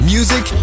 Music